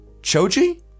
Choji